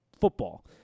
football